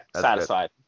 satisfied